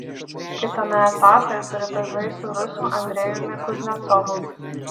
kitame etape britas žais su rusu andrejumi kuznecovu